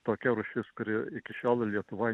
tokia rūšis kuri iki šiol lietuvoj